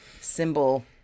symbol